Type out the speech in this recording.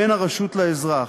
בין הרשות לאזרח.